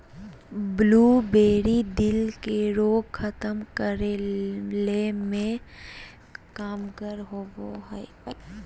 blueberry, दिल के रोग खत्म करे मे भी कामगार हय